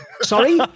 Sorry